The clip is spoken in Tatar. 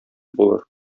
булыр